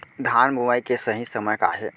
धान बोआई के सही समय का हे?